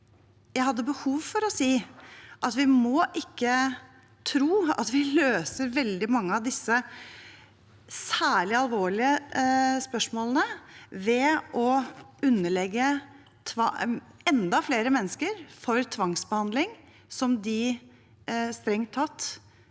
jeg behov for å si at vi ikke må tro at vi løser veldig mange av disse særlig alvorlige spørsmålene ved å underlegge enda flere mennesker en tvangsbehandling som de strengt tatt